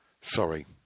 sorry